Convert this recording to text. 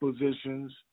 positions